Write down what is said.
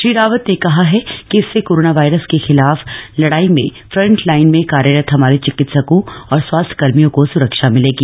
श्री रावत ने कहा है कि इससे कोरोना वायरस के खिलाफ लड़ाई में फ्रंटलाईन में कार्यरत हमारे चिकित्सकों और स्वास्थ्य कर्मियों को सुरक्षा मिलेगी